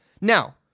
Now